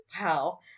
Wow